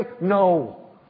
no